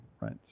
right